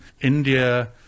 India